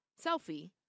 selfie